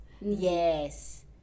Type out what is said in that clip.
yes